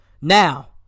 Now